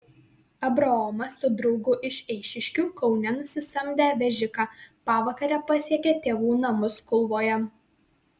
abraomas su draugu iš eišiškių kaune nusisamdę vežiką pavakare pasiekė tėvų namus kulvoje